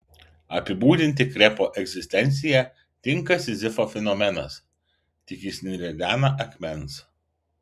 apibūdinti krepo egzistenciją tinka sizifo fenomenas tik jis neridena akmens